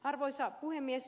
arvoisa puhemies